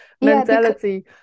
mentality